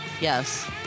Yes